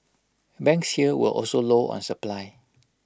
banks here were also low on supply